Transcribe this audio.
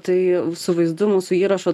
tai su vaizdu mūsų įrašo